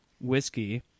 whiskey